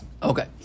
Okay